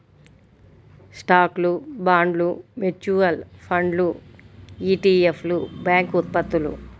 స్టాక్లు, బాండ్లు, మ్యూచువల్ ఫండ్లు ఇ.టి.ఎఫ్లు, బ్యాంక్ ఉత్పత్తులు